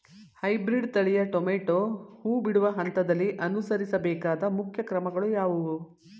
Hybrid ತಳಿಯ tomato ಹೂ ಬಿಡುವ ಹಂತದಲ್ಲಿ ಅನುಸರಿಸಬೇಕಾದ ಮುಖ್ಯ ಕ್ರಮಗಳು ಯಾವುವು?